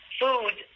food